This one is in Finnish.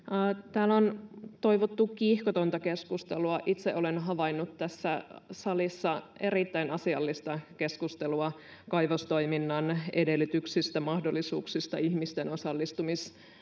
täällä on toivottu kiihkotonta keskustelua itse olen havainnut tässä salissa erittäin asiallista keskustelua kaivostoiminnan edellytyksistä mahdollisuuksista ihmisten osallistumisen